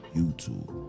YouTube